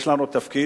יש לנו תפקיד,